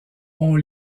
ont